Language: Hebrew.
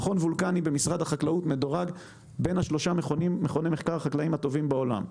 המכון הוולקני מוגדר כאחד משלושת מכוני המחקר הטובים בעולם.